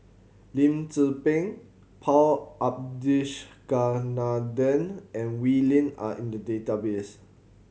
Lim Tze Peng Paul Abisheganaden and Wee Lin are in the database